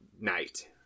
night